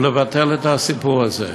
ולבטל את הסיפור הזה.